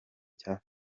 cya